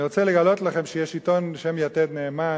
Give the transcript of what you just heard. אני רוצה לגלות לכם שיש עיתון בשם "יתד נאמן",